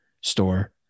store